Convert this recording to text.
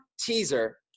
teaser